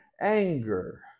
anger